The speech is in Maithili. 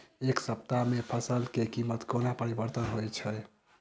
एक सप्ताह मे फसल केँ कीमत कोना परिवर्तन होइ छै?